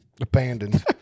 abandoned